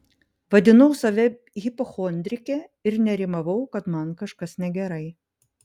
vadinau save hipochondrike ir nerimavau kad man kažkas negerai